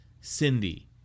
Cindy